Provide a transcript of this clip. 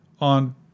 on